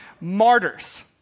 Martyrs